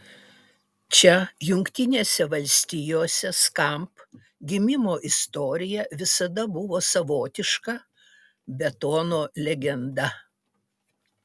čia jungtinėse valstijose skamp gimimo istorija visada buvo savotiška betono legenda